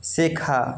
শেখা